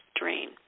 drain